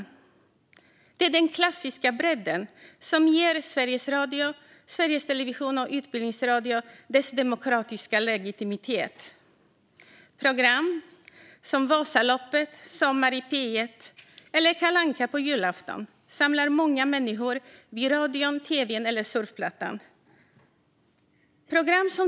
Radio och tv i allmän-hetens tjänst Det är den klassiska bredden som ger Sveriges Radio, Sveriges Television och Utbildningsradion deras demokratiska legitimitet. Sändningar som Vasaloppet, Sommar i P1 och Kalle Anka på julafton samlar många människor vid radion, tv:n eller surfplattan.